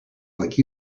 like